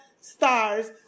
stars